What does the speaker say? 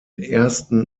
ersten